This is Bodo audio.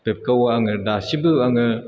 बेखौ आङो दासिमबो आङो